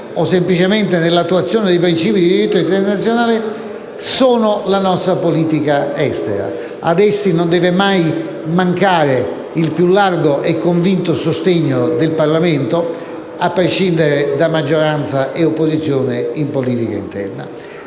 o semplicemente nell'attuazione dei principi di diritto internazionale, sono la nostra politica estera. Ad essi non deve mai mancare il più largo e convinto sostegno del Parlamento, a prescindere da maggioranza e opposizione in politica interna.